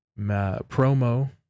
promo